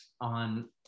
on